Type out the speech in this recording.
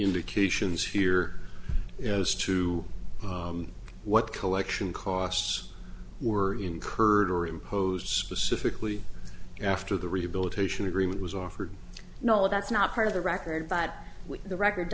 indications here as to what collection costs were incurred or imposed specifically after the rehabilitation agreement was offered no that's not part of the record but the record